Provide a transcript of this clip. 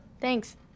Thanks